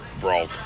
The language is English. Brawl